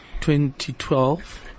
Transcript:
2012